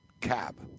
cab